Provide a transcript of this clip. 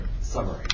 Summary